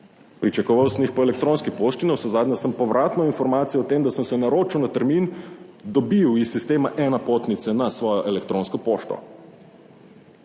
pričakoval sem jih po elektronski pošti, navsezadnje sem povratno informacijo o tem, da sem se naročil na termin, dobil iz sistema e-napotnice na svojo elektronsko pošto.